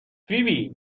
فیبی